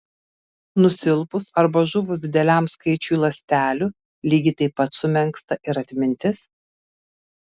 nusilpus arba žuvus dideliam skaičiui ląstelių lygiai taip pat sumenksta ir atmintis